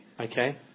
Okay